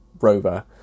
rover